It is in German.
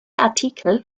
artikel